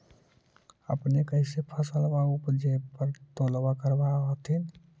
अपने कैसे फसलबा उपजे पर तौलबा करबा होत्थिन?